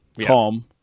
calm